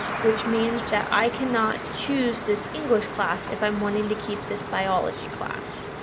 which means that i can not choose this english class if i am wanting to keep this biology class.